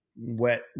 wet